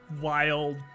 wild